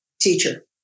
teacher